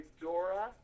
Dora